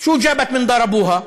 (אומר בערבית ומתרגם:)